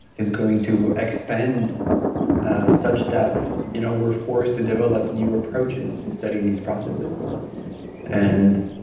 is going to expand such that you know we're forced to develop new approaches to study these processes and